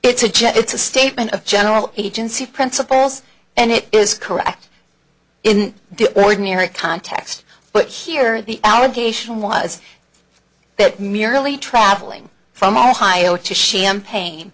it's a jet it's a statement of general agency principles and it is correct in the ordinary context but here the allegation was that merely traveling from ohio to champagne